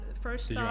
first